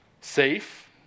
Safe